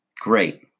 great